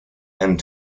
and